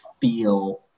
feel